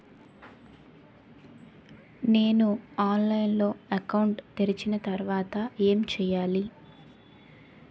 నేను ఆన్లైన్ లో అకౌంట్ తెరిచిన తర్వాత ఏం చేయాలి?